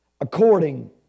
according